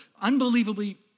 unbelievably